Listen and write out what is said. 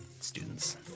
students